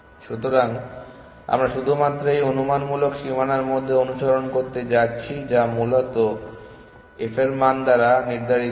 সুতরাং আমরা শুধুমাত্র এই অনুমানমূলক সীমানার মধ্যে অনুসন্ধান করতে যাচ্ছি যা মূলত f এর মান দ্বারা নির্ধারিত হয়